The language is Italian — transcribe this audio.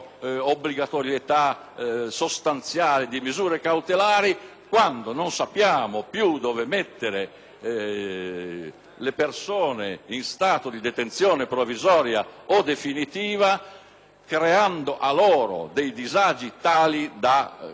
quando non sappiamo più dove mettere le persone in stato di detenzione, provvisoria o definitiva, procurando loro disagi da Paese del terzo o del quarto mondo.